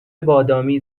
بادامی